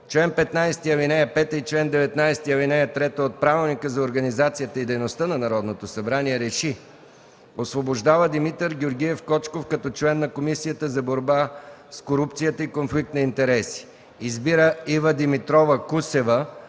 чл. 15, ал. 5, и чл. 19, ал. 3 от Правилника за организацията и дейността на Народното събрание РЕШИ: 1. Освобождава Димитър Георгиев Кочков като член на Комисията за борба с корупцията и конфликт на интереси. 2. Избира Ива Димитрова Кусева